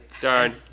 Darn